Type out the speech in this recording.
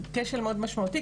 וזה כשל מאוד משמעותי.